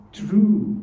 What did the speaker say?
true